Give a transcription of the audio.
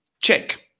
Check